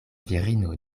virino